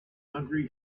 hungry